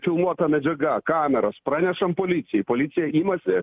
filmuota medžiaga kameros pranešam policijai policija imasi